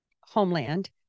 homeland